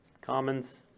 Commons